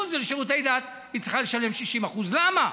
ועל שירותי דת היא צריכה לשלם 60%. למה?